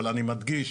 אני מדגיש,